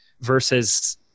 versus